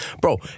Bro